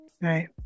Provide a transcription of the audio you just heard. right